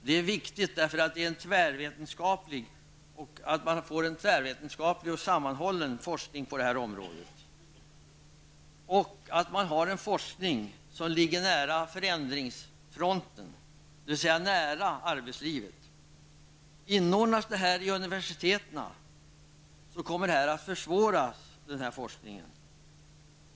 Det är viktigt att man får en tvärvetenskaplig och sammanhållen forskning på detta område -- och en forskning som ligger nära förändringsfronten, dvs. nära arbetslivet. Inordnas denna verksamhet under universitetet, så kommer denna forskning att försvåras.